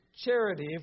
charity